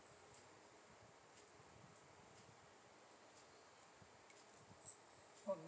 oh not